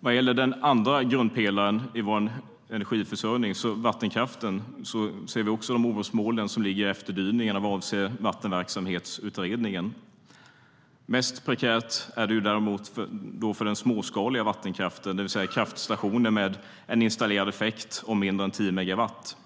Vad gäller den andra grundpelaren i vår energiförsörjning, vattenkraften, finns orosmoln i efterdyningarna av Vattenverksamhetsutredningen. Mest prekärt är det för den småskaliga vattenkraften, det vill säga kraftstationer med en installerad effekt på mindre än tio megawatt.